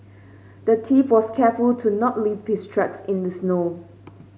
the thief was careful to not leave his tracks in the snow